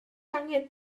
angen